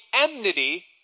enmity